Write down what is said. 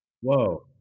Whoa